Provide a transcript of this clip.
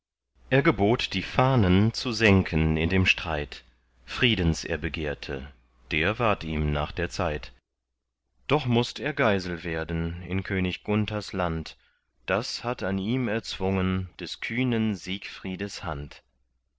er gebot die fahnen zu senken in dem streit friedens er begehrte der ward ihm nach der zeit doch mußt er geisel werden in könig gunthers land das hat an ihm erzwungen des kühnen siegfriedes hand